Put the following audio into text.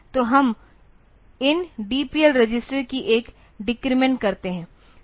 तो हम इन DPL रजिस्टर की एक डेक्रेमेंट करते हैं